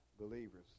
believers